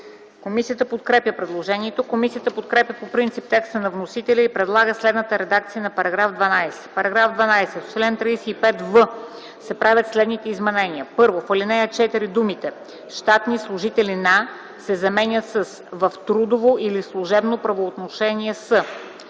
Комисията подкрепя предложението. Комисията подкрепя по принцип текста на вносителя и предлага следната редакция на § 12: „§ 12. В чл. 35в се правят следните изменения: 1. В ал. 4 думите „щатни служители на” се заменят с „в трудово или служебно правоотношение с”.